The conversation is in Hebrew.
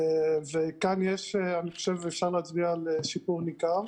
וכאן אני חושב אפשר להצביע על שיפור ניכר.